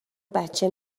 بچه